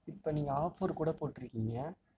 இப்போ நீங்கள் ஆஃபர் கூட போட்டுருக்கீங்க